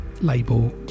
label